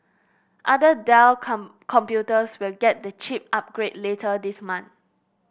other Dell computers will get the chip upgrade later this month